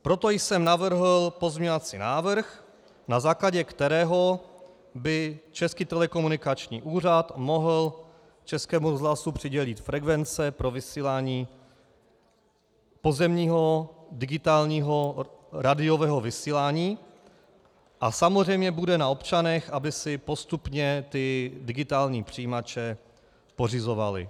Proto jsem navrhl pozměňovací návrh, na základě kterého by Český telekomunikační úřad mohl Českému rozhlasu přidělit frekvence pro vysílání pozemního digitálního rádiového vysílání, a samozřejmě bude na občanech, aby si postupně ty digitální přijímače pořizovali.